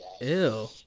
Ew